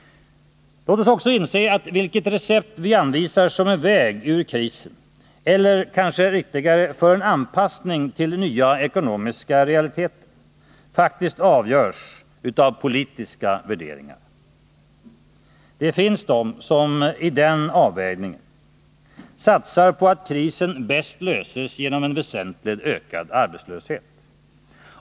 Låt oss också inse att vilket recept vi anvisar som en väg ur krisen — eller, kanske riktigare, för en anpassning till nya ekonomiska realiteter — avgörs av politiska värderingar. Det finns de som i den avvägningen satsar på att krisen bäst löses genom en väsentligt ökad arbetslöshet.